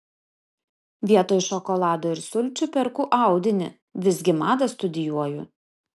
vietoj šokolado ir sulčių perku audinį visgi madą studijuoju